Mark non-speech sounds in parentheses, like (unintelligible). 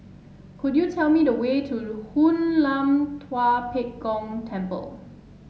could you tell me the way to (unintelligible) Hoon Lam Tua Pek Kong Temple